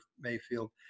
Mayfield